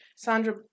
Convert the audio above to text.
Sandra